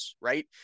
right